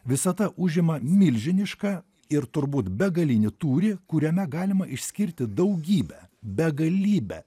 visata užima milžinišką ir turbūt begalinį tūrį kuriame galima išskirti daugybę begalybę